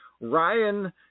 ryan